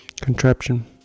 contraption